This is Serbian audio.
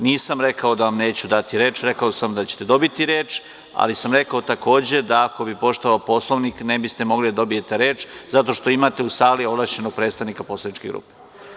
Nisam rekao da vam neću dati reč, već sam rekao da će te dobiti reč, ali sam rekao, takođe, da ako bi poštovao Poslovnik ne bi ste mogli da dobijete reč, jer imate u sali ovlašćenog predstavnika poslaničke grupe.